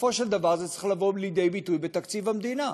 בסופו של דבר זה צריך לבוא לידי ביטוי בתקציב המדינה.